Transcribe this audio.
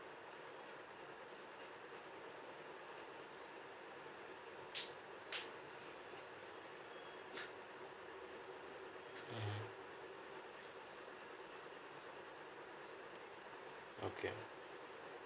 mm okay